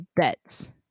bets